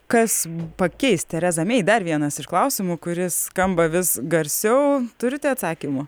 kas pakeis terezą mei dar vienas iš klausimų kuris skamba vis garsiau turite atsakymų